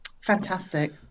fantastic